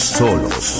solos